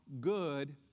good